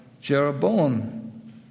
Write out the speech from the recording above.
Jeroboam